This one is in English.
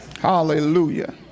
Hallelujah